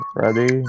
ready